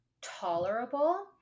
tolerable